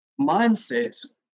mindset